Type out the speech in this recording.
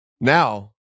Now